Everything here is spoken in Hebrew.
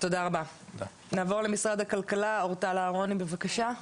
נעבור למשרד הכלכלה, אורטל אהרוני בבקשה.